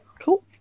cool